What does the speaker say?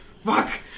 fuck